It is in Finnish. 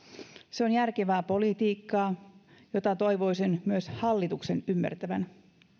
se on järkevää politiikkaa jota toivoisin myös hallituksen ymmärtävän